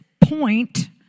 point